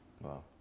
Wow